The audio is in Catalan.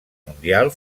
mundial